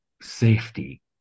safety